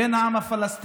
בן העם הפלסטיני,